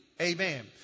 Amen